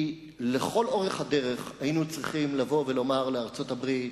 כי לכל אורך הדרך היינו צריכים לבוא ולומר לארצות-הברית,